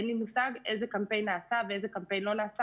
אין לי מושג איזה קמפיין נעשה ואיזה קמפיין לא נעשה.